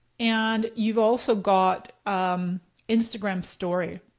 and you've also got instagram story.